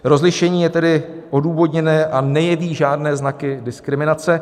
Rozlišení je tedy odůvodněné a nejeví žádné znaky diskriminace.